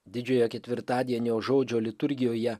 didžiojo ketvirtadienio žodžio liturgijoje